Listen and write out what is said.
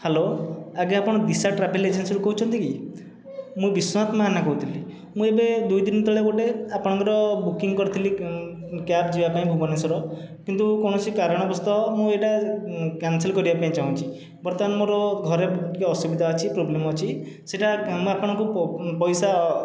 hello ଆଜ୍ଞା ଆପଣ Disha travel ଏଜେନ୍ସିରୁ କହୁଛନ୍ତି କି ମୁଁ ବିଶ୍ଵନାଥ ମାହାନା କହୁଥିଲି ମୁଁ ଏବେ ଦୁଇ ଦିନ ତଳେ ଗୋଟିଏ ଆପଣଙ୍କର ବୁକିଂ କରିଥିଲି କ୍ୟାବ୍ ଯିବା ପାଇଁ ଭୁବନେଶ୍ୱର କିନ୍ତୁ କୌଣସି କାରଣ ବଶତଃ ମୁଁ ଏଇଟା କ୍ୟାନ୍ସଲ୍ କରିବା ପାଇଁ ଚାହୁଁଛି ବର୍ତ୍ତମାନ ମୋର ଘରେ ଟିକିଏ ଅସୁବିଧା ଅଛି ପ୍ରୋବ୍ଲେମ୍ ଅଛି ସେଇଟା ମୁଁ ଆପଣଙ୍କୁ ପଇସା